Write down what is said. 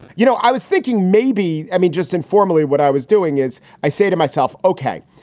you know, i was thinking maybe i mean, just informally, what i was doing is i say to myself, ok.